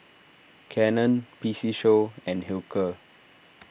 Canon P C Show and Hilker